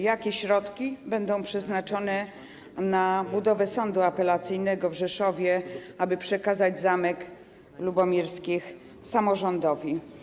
Jakie środki będą przeznaczone na budowę Sądu Apelacyjnego w Rzeszowie, aby przekazać Zamek Lubomirskich samorządowi?